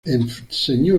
enseñó